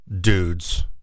dudes